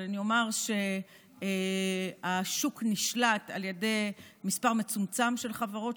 אבל אומר שהשוק נשלט על ידי מספר מצומצם של חברות,